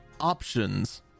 options